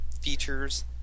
features